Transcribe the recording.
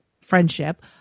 friendship